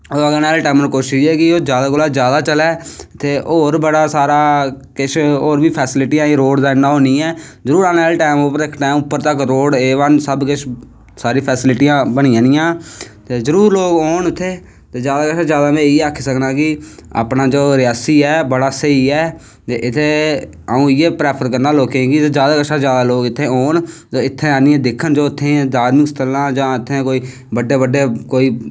औने आह्ले टैम च कोशिश इयै ऐ कि ओह् जादा कोला दा जादा चलै होर बी बड़ी सारी फैसलिटियां रोड़ दा इन्ना ओह् नी ऐ जरूर आने आह्ले टैम च उप्पर तक रोड़ ए बन सब किश सारी फैसलिटियां बनी जानियां ते जरूर लोग औन इत्थें ते जादा सा जादा में इयै आक्खी सकना कि अपना जो रियासी ऐ बड़ा स्हेई ऐ ते इत्थें अऊं इयै प्रैफर करना लोकें गी कि जादा कोला जदा जादा लोग औन ते इत्थें आनियै दिक्खन धार्मिक स्थल जां जो इत्थें बड्डे बड्डे कोई